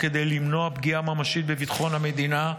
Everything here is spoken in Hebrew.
כדי למנוע פגיעה ממשית בביטחון המדינה,